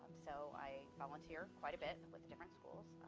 so i volunteer quite a bit and with the different schools.